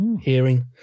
hearing